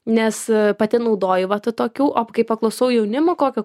nes pati naudoju va tokių o kai paklusau jaunimo kokio